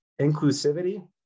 inclusivity